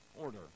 order